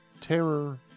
terror